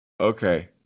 okay